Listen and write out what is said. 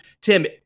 tim